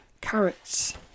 carrots